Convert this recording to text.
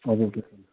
हजुर केही छैन